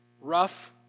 rough